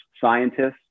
scientists